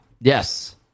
Yes